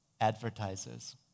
Advertisers